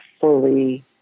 fully